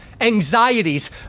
anxieties